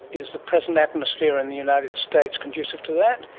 is the present atmosphere in the united states conducive to that?